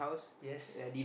yes